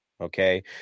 Okay